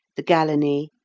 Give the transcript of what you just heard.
the galenae,